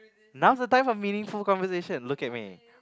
now's the time for meaningful conversation look at me